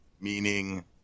meaning